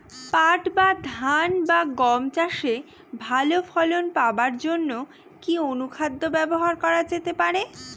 পাট বা ধান বা গম চাষে ভালো ফলন পাবার জন কি অনুখাদ্য ব্যবহার করা যেতে পারে?